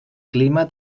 clima